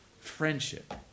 friendship